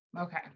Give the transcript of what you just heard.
okay